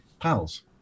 pals